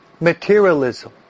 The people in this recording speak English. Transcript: materialism